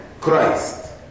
Christ